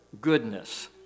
goodness